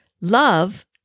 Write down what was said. Love